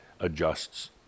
adjusts